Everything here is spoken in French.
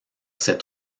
ses